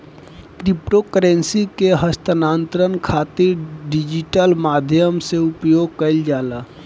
crypto currency के हस्तांतरण खातिर डिजिटल माध्यम से उपयोग कईल जाला